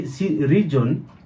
region